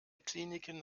kliniken